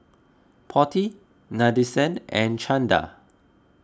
Potti Nadesan and Chanda